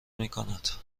میکند